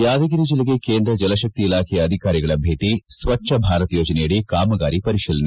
ಯಾದಗಿರಿ ಜಿಲ್ಲೆಗೆ ಕೇಂದ್ರ ಜಲತ್ತಿ ಇಲಾಖೆಯ ಅಧಿಕಾರಿಗಳ ಭೇಟ ಸ್ವಚ್ವಭಾರತ್ ಯೋಜನೆಯಡಿ ಕಾಮಗಾರಿ ಪರಿಶೀಲನೆ